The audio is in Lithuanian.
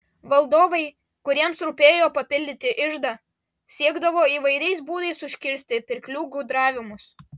valdovai kuriems rūpėjo papildyti iždą siekdavo įvairiais būdais užkirsti pirklių gudravimus